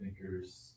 thinkers